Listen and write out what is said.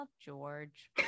George